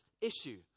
issue